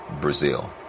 Brazil